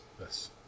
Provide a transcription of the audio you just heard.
Yes